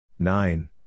Nine